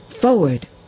forward